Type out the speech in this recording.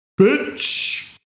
Bitch